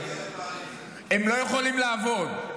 הם לא יכולים לעבוד,